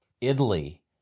Italy